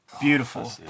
Beautiful